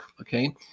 Okay